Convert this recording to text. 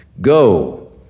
Go